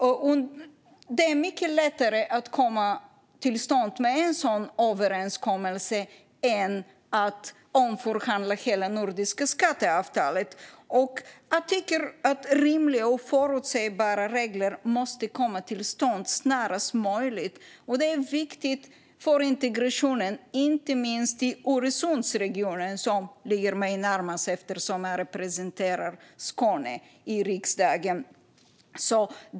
Det är mycket lättare att få till stånd en sådan överenskommelse än att omförhandla hela det nordiska skatteavtalet. Jag tycker att man snarast möjligt måste få till stånd rimliga och förutsägbara regler. Det är viktigt för integrationen, inte minst i Öresundsregionen som ligger mig närmast eftersom jag representerar Skåne i riksdagen.